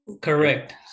Correct